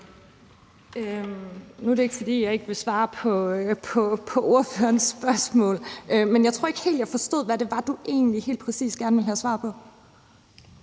Nu er det ikke, fordi jeg ikke vil svare på ordførerens spørgsmål, men jeg tror ikke, jeg helt forstod, hvad det egentlig var, man helt præcis gerne ville have svar på.